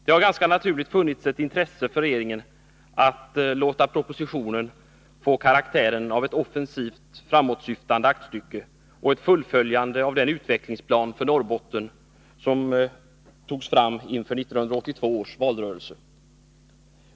Det har ganska naturligt funnits ett intresse för regeringen att låta propositionen få karaktären av ett offensivt, framåtsyftande aktstycke och av ett fullföljande av den utvecklingsplan för Norrbotten som togs fram inför 1982 års valrörelse.